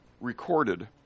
recorded